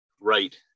right